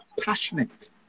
passionate